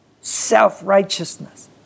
self-righteousness